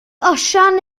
osian